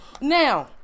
now